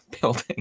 building